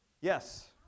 Yes